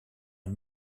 une